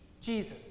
Jesus